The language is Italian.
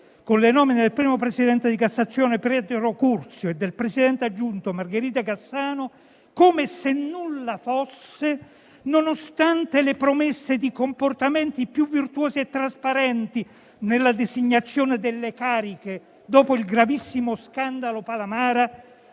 con le nomine del primo presidente di Cassazione Pietro Curzio e del presidente aggiunto Margherita Cassano, come se nulla fosse, nonostante le promesse di comportamenti più virtuosi e trasparenti nella designazione delle cariche dopo il gravissimo scandalo Palamara,